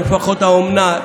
משפחות האומנה,